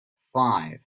five